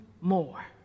more